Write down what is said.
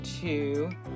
two